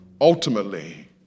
ultimately